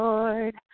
Lord